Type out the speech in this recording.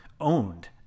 owned